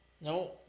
no